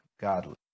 godly